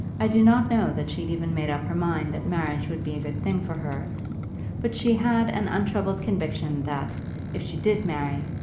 i do not know that she had even made up her mind that marriage would be a good thing for her but she had an untroubled conviction that if she did marry,